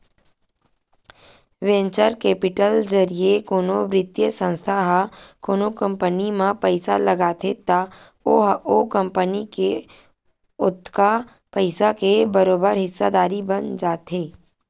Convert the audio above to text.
venture capital जरिए कोनो बित्तीय संस्था ह कोनो कंपनी म पइसा लगाथे त ओहा ओ कंपनी के ओतका पइसा के बरोबर हिस्सादारी बन जाथे